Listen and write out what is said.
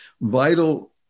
vital